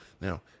Now